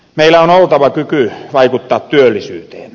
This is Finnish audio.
meillä on oltava kyky vaikuttaa työllisyyteen